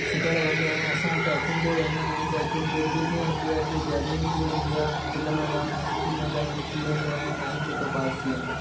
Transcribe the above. सुठो लॻंदो आहे ऐं असां ट्रैकींग ते वेंदा आहियूं त हिकिड़ी ट्रिप बि थी वेंदी आहे हिकिड़ी जर्नी बि थी वेंदी आहे खिल मज़ाक़ु मस्ती मज़ाक़ बि थी वेंदो आहे ऐं टाइम सुठो पास थी वेंदो